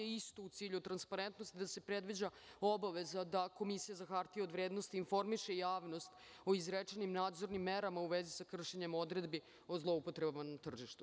Isto u cilju transparentnosti, da se predviđa obaveza da Komisija za hartije od vrednosti informiše javnost o izrečenim nadzornim merama u vezi sa kršenjem odredbi o zloupotrebama na tržištu.